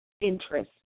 interest